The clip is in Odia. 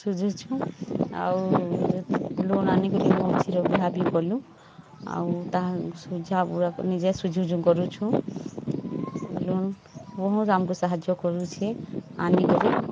ଶୁଝୁଛୁଁ ଆଉ ଲୋନ୍ ଆନି କରି ମୋ ଝିଅର ବିହା ବି କଲୁ ଆଉ ତାହା ସୁଝା ପୁରା କରି ନିଜେ ଶୁଝୁଛୁଁ କରୁଛୁଁ ଲୋନ୍ ବହୁତ୍ ଆମକୁ ସାହାଯ୍ୟ କରୁଛିଁ ଆନି କରି